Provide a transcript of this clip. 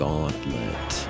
Gauntlet